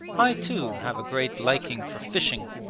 i too have a great liking for fishing,